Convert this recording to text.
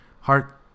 Heart